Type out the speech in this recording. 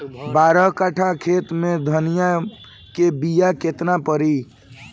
बारह कट्ठाखेत में धनिया के बीया केतना परी?